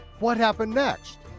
what happened next?